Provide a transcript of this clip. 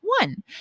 one